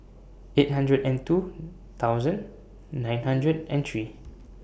eight hundred and two thousand nine hundred and three